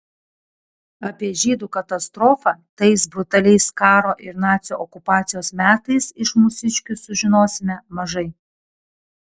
apie žydų katastrofą tais brutaliais karo ir nacių okupacijos metais iš mūsiškių sužinosime mažai